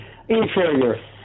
inferior